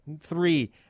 Three